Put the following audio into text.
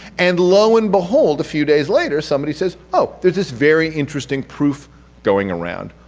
and lo and behold a few days later, somebody says oh, there's this very interesting proof going around.